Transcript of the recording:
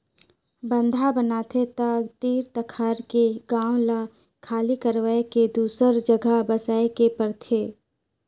बांधा बनाथे त तीर तखार के गांव ल खाली करवाये के दूसर जघा बसाए के परथे